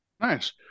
Nice